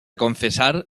confesar